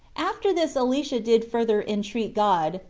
after this elisha did further entreat god,